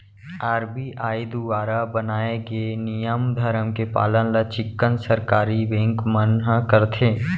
RBI दुवारा बनाए गे नियम धरम के पालन ल चिक्कन सरकारी बेंक मन ह करथे